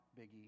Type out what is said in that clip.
Biggie